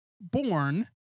born